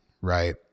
right